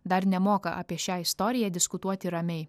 dar nemoka apie šią istoriją diskutuoti ramiai